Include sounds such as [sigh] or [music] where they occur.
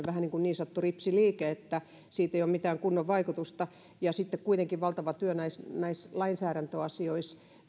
[unintelligible] vähän niin kuin niin sanottu ripsiliike että sillä ei ole mitään kunnon vaikutusta ja sitten on kuitenkin valtava työ näissä näissä lainsäädäntöasioissa